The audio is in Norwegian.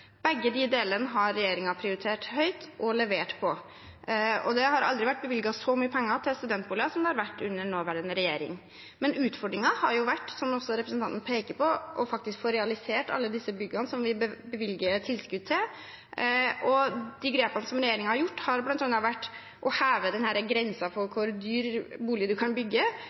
har regjeringen prioritert høyt og levert på. Det har aldri vært bevilget så mye penger til studentboliger som under den nåværende regjeringen. Utfordringen har vært, som også representanten peker på, faktisk å få realisert alle disse byggene som vi bevilger tilskudd til. De grepene regjeringen har tatt, har bl.a. vært å heve grensen for hvor dyr bolig man kan bygge